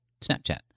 Snapchat